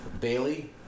Bailey